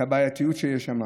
את הבעייתיות שיש שם.